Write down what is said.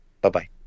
Bye-bye